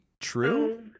true